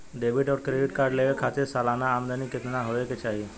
Debit और credit card लेवे के खातिर सलाना आमदनी कितना हो ये के चाही?